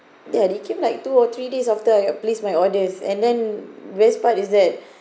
ya they came like two or three days after I placed my orders and then best part is that